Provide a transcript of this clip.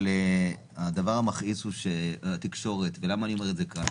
אבל הדבר המכעיס הוא שהתקשורת ולמה אני אומר את זה כאן?